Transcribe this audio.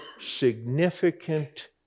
significant